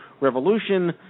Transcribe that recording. revolution